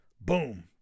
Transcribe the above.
Boom